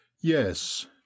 Yes